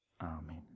amen